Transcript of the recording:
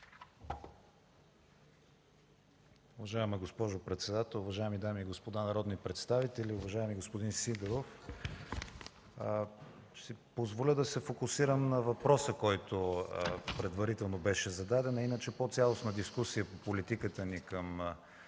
Уважаема госпожо председател, уважаеми дами и господа народни представители! Уважаеми господин Сидеров, ще си позволя да се фокусирам на въпроса, който предварително беше зададен, а иначе по-цялостна дискусия по политиката ни към